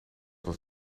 dat